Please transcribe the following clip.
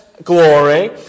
Glory